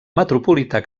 metropolità